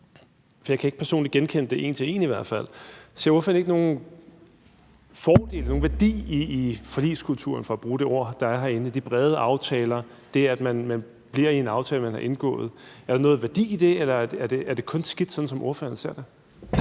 for jeg kan ikke personligt genkende det en til en i hvert fald, om ikke ordføreren ser nogen fordel, nogen værdi i forligskulturen – for at bruge det ord, der er herinde – altså de brede aftaler og det, at man bliver i en aftale, man har indgået. Er der nogen værdi i det, eller er det kun skidt, sådan som ordføreren ser det?